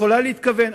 יכולה להתכוון,